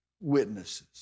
witnesses